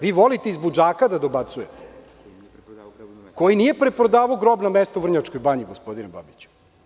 Volite iz budžaka da dobacujete, koji nije preprodavao grobno mesto u Vrnjačkoj banji gospodine Babiću.